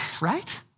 Right